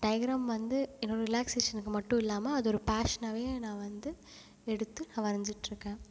diagram வந்து என்னோட ரிலாக்சேஷனுக்கு மட்டும் இல்லாமல் அது ஒரு பேஷனாகவே நான் வந்து எடுத்து நான் வரஞ்சிட்டுருக்கேன்